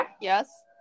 Yes